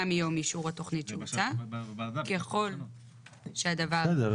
בוועדה --- בסדר.